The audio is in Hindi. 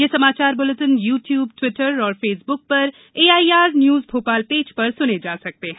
ये समाचार बुलेटिन यू ट्यूब ट्विटर और फेसबुक पर एआईआर न्यूज भोपाल पेज पर सुने जा सकते हैं